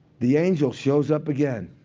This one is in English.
the angel shows up again.